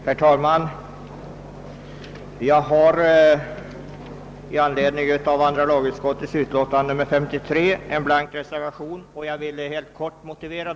Herr talman! Jag har i anledning av andra lagutskottets utlåtande nr 53 avgivit en blank reservation, som jag helt kort vill motivera.